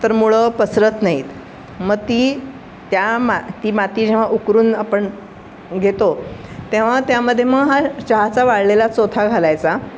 तर मुळं पसरत नाहीत मग ती त्या मा ती माती जेव्हा उकरून आपण घेतो तेव्हा त्यामध्ये मग हा चहाचा वाळलेला चोथा घालायचा